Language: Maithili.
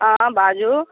हाँ बाजू